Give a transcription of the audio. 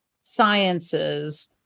sciences